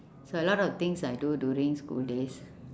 so a lot of things I do during school days